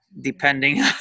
depending